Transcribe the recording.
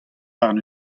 warn